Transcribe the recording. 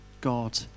God